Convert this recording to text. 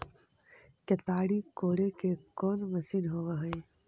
केताड़ी कोड़े के कोन मशीन होब हइ?